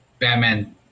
Batman